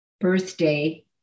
birthday